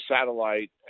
satellite